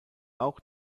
auch